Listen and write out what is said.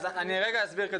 אבל אני קודם אסביר.